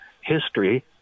history